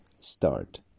start